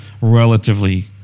relatively